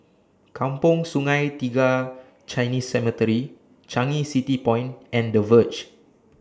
Kampong Sungai Tiga Chinese Cemetery Changi City Point and The Verge